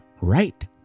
right